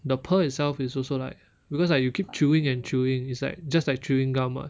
the pearl itself is also like because like you keep chewing and chewing is like just like chewing gum